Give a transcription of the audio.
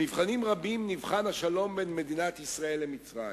במבחנים רבים נבחן השלום בין מדינת ישראל למצרים,